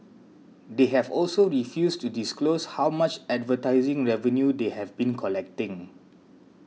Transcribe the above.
they have also refused to disclose how much advertising revenue they have been collecting